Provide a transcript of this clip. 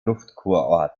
luftkurort